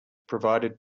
provided